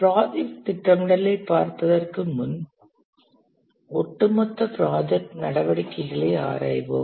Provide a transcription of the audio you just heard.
project திட்டமிடலைப் பார்ப்பதற்கு முன் ஒட்டுமொத்த ப்ராஜெக்ட் நடவடிக்கைகளை ஆராய்வோம்